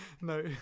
No